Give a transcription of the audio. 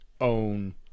own